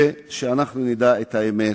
ואנחנו נדע את האמת.